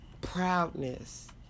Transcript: proudness